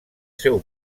seu